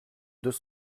deux